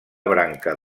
branca